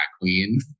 queen